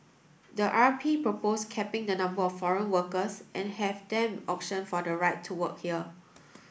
the R P proposed capping the number of foreign workers and have them auction for the right to work here